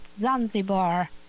Zanzibar